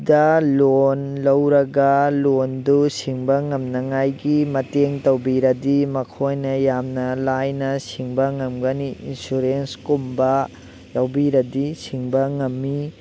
ꯗ loan ꯂꯧꯔꯒ ꯂꯣꯟꯗꯨ ꯁꯤꯡꯕ ꯉꯝꯅꯉꯥꯏꯒꯤ ꯃꯇꯦꯡ ꯇꯧꯕꯤꯔꯗꯤ ꯃꯈꯣꯏꯅ ꯌꯥꯝꯅ ꯂꯥꯏꯅ ꯁꯤꯡꯕ ꯉꯝꯒꯅꯤ ꯏꯟꯁꯨꯔꯦꯟꯁꯀꯨꯝꯕ ꯌꯥꯎꯕꯤꯔꯗꯤ ꯁꯤꯡꯕ ꯉꯝꯃꯤ